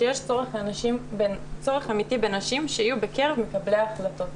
שיש צורך אמיתי בנשים שיהיו בקרב מקבלי ההחלטות,